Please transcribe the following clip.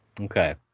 Okay